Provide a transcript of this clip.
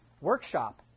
workshop